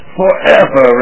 forever